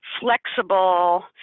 flexible